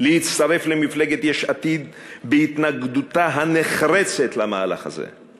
להצטרף למפלגת יש עתיד בהתנגדותה הנחרצת למהלך הזה.